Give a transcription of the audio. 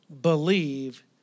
believe